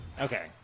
Okay